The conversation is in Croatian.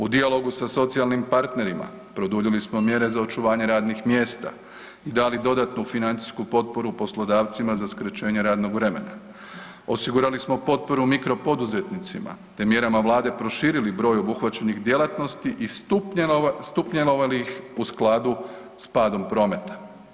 U dijalogu sa socijalnim partnerima produljili smo mjere za očuvanje radnih mjesta i dali dodatnu financijsku potporu poslodavcima za skraćenje radnog vremena, osigurali smo potporu mikro poduzetnicima te mjerama Vlade proširili broj obuhvaćenih djelatnosti i stupnjevali ih u skladu s padom prometa.